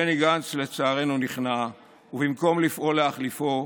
בני גנץ לצערנו נכנע, ובמקום לפעול להחליפו,